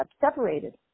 separated